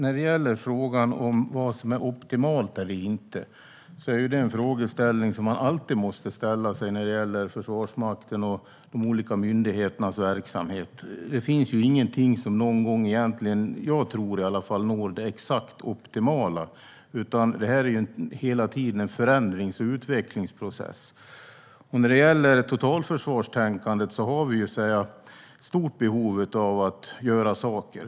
Fru talman! Vad som är optimalt eller inte måste man alltid fråga sig när det gäller Försvarsmakten och de olika myndigheternas verksamheter. Jag tror inte att det finns någonting som når det exakt optimala, utan det är hela tiden en förändrings och utvecklingsprocess. När det gäller totalförsvaret har vi ett stort behov av att göra saker.